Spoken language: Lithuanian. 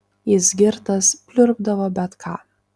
jis girtas pliurpdavo bet ką